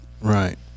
right